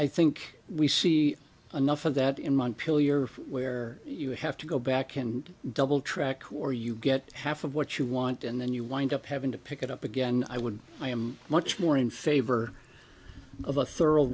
i think we see enough of that in montpellier where you have to go back and double track or you get half of what you want and then you wind up having to pick it up again i would i am much more in favor of